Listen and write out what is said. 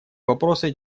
вопросы